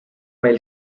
meil